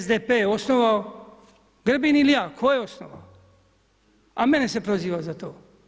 SDP je osnovao, Grbin ili ja, tko je osnovao, a mene se proziva za to.